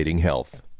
health